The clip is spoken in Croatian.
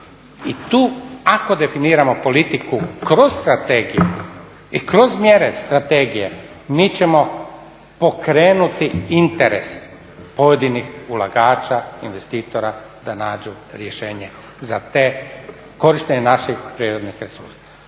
I tu ako definiramo politiku kroz strategiju i kroz mjere strategije mi ćemo pokrenuti interes pojedinih ulagača, investitora da nađu rješenje za ta korištenja naših prirodnih resursa.